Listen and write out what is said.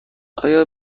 آیا